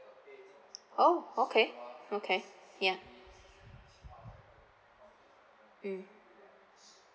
oh okay okay ya mm